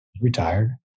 retired